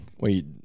Wait